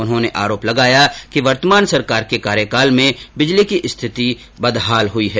उन्होंने आरोप लगाया कि वर्तमान सरकार के कार्यकाल में बिजली की स्थिति बदहाल है